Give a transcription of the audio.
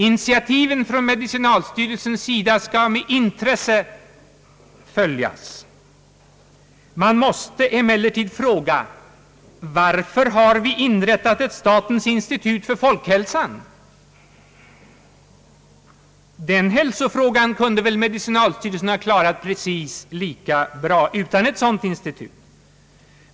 Initiativen från medicinalstyrelsens sida skall med intresse följas. Man måste emellertid fråga: Varför har vi inrättat ett statens institut för folkhälsan — den hälsofrågan kunde väl medicinalstyrelsen ha klarat precis lika bra utan ett sådant institut?